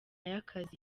y’akazi